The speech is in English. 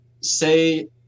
say